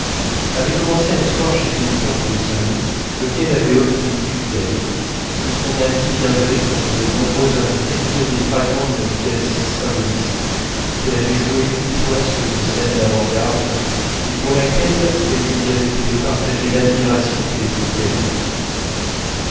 avait commencé un soir chez une tante de saint loup lequel avait obtenu d'elle que son amie viendrait pour de nombreux invités dire des fragments d'une pièce symboliste qu'elle avait jouée une fois sur une scène d'avant-garde et pour laquelle elle lui avait fait partager l'admiration qu'elle éprouvait elle-même